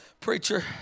preacher